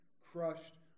crushed